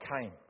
came